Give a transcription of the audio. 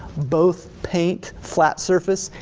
both paint, flat surface,